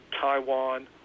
Taiwan